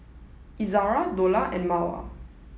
Izara Dollah and Mawar